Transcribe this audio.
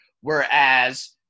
Whereas